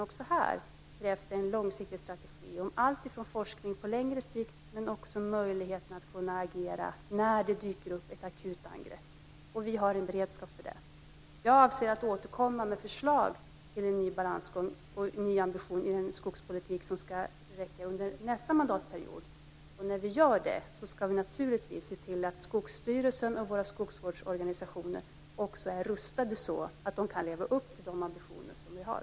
Också här krävs det en långsiktig strategi för alltifrån forskning på längre sikt till möjligheten att agera när det dyker upp ett akut angrepp, och vi har en beredskap för detta. Jag avser att återkomma med förslag om en ny balansgång och en ny ambition i den skogspolitik som ska föras under nästa mandatperiod. Då ska vi naturligtvis se till att Skogsstyrelsen och skogsvårdsorganisationerna också är rustade så att de kan leva upp till de ambitioner som vi har.